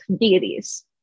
deities